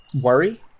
worry